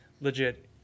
legit